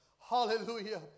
Hallelujah